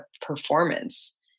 performance